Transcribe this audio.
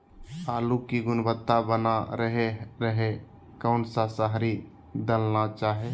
आलू की गुनबता बना रहे रहे कौन सा शहरी दलना चाये?